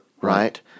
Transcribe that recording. right